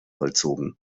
vollzogen